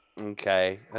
Okay